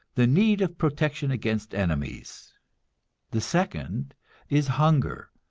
the need of protection against enemies the second is hunger,